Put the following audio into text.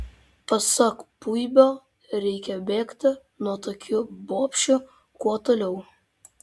pasak puibio reikia bėgti nuo tokių bobšių kuo toliau